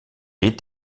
est